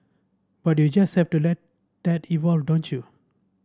but you just have to let that evolve don't you